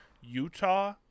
utah